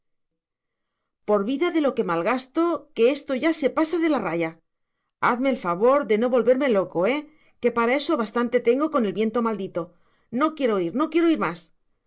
por vida de lo que malgasto que esto ya pasa de raya hazme el favor de no volverme loco eh que para eso bastante tengo con el viento maldito no quiero oír no quiero oír más